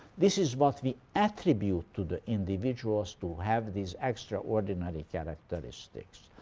this is what we attribute to the individuals, to have these extraordinary characteristics.